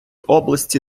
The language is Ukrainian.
області